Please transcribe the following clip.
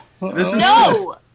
No